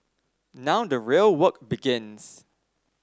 now the real work begins